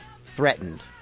threatened